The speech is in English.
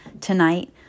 Tonight